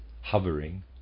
hovering